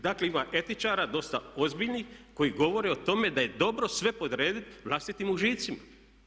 Dakle, ima etičara dosta ozbiljnih koji govore o tome da je dobro sve podrediti vlastitim užicima.